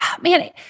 man